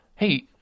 hey